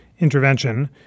intervention